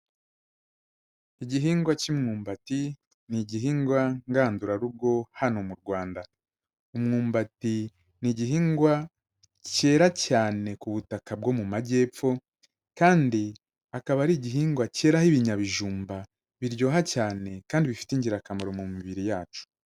Igihingwa cy'umwumbati ni igihingwa ngandurarugo hano mu Rwanda, umwumbati ni igihingwa cyera cyane ku butaka bwo mu Majyepfo kandi akaba ari igihingwa cyeraho ibinyabijumba biryoha cyane kandi bifite ingirakamaro mu mibiri yacu.